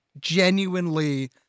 genuinely